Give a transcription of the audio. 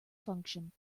function